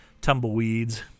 tumbleweeds